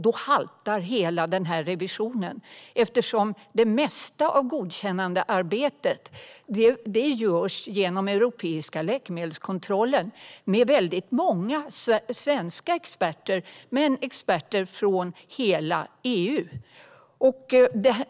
Då haltar hela revisionen eftersom det mesta av godkännandearbetet görs genom den europeiska läkemedelskontrollen, med många svenska experter men också experter från hela EU.